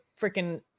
freaking